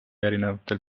erinevatel